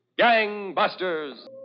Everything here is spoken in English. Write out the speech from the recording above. Gangbusters